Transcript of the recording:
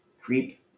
Creep